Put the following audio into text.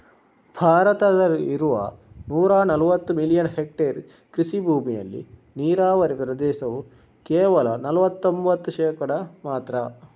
ಭಾರತದಲ್ಲಿ ಇರುವ ನೂರಾ ನಲವತ್ತು ಮಿಲಿಯನ್ ಹೆಕ್ಟೇರ್ ಕೃಷಿ ಭೂಮಿಯಲ್ಲಿ ನೀರಾವರಿ ಪ್ರದೇಶವು ಕೇವಲ ನಲವತ್ತೊಂಭತ್ತು ಶೇಕಡಾ ಮಾತ್ರ